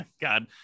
God